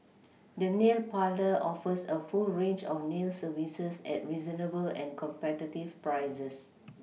the nail parlour offers a full range of nail services at reasonable and competitive prices